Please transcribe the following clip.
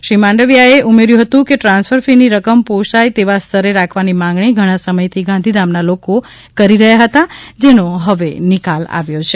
શ્રી માંડવીયાએ ઉમેર્યું હતું કે ટ્રાન્સફર ફીની રકમ પોષાય તેવા સ્તરે રાખવાની માગણી ઘણા સમયથી ગાંધીધામના લોકો કરી રહ્યા હતા જેનો હવે નિકાલ આવ્યો છે